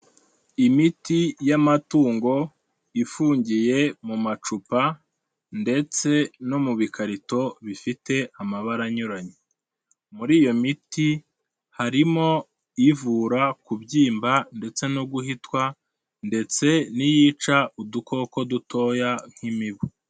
Imiti y'amatungo ifungiye mu macupa ndetse no mu bikarito bifite amabara anyuranye. Muri iyo miti harimo ivura kubyimba ndetse no guhitwa ndetse n'iyica udukoko dutoya nk'imibu.